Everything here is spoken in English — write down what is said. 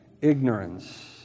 ignorance